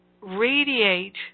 radiate